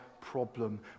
problem